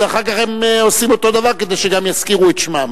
אז אחר כך הם עושים אותו דבר כדי שגם יזכירו את שמם.